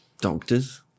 Doctors